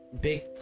big